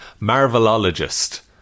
Marvelologist